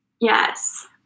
Yes